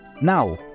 now